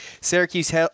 Syracuse